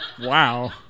Wow